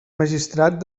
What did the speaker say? magistrat